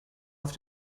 auf